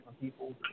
people